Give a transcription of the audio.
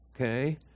okay